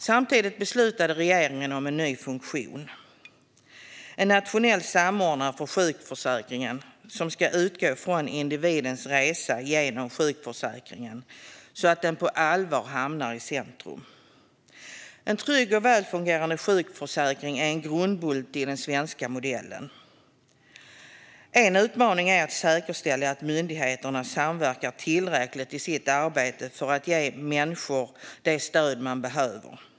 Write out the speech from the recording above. Samtidigt har regeringen beslutat om en ny funktion: en nationell samordnare för sjukförsäkringen, som ska utgå från individens resa genom sjukförsäkringen så att den på allvar hamnar i centrum. En trygg och välfungerande sjukförsäkring är en grundbult i den svenska modellen. En utmaning är att säkerställa att myndigheterna samverkar tillräckligt i sitt arbete för att ge människor det stöd de behöver.